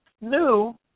new